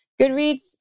Goodreads